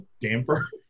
damper